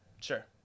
sure